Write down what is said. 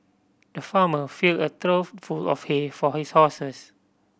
the farmer filled a trough full of hay for his horses